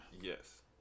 Yes